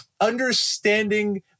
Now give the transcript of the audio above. understanding